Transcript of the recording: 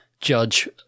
judge